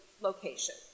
location